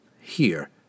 Here